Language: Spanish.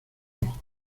ojos